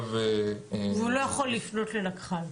והוא לא יכול לפנות לנקח"ל?